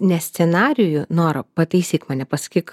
ne scenarijų nora pataisyk mane pasakyk